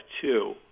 two